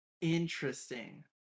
Interesting